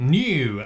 new